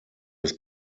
des